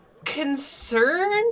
concerned